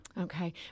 Okay